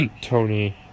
Tony